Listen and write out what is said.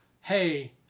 hey